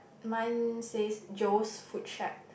mine says Joe's food shack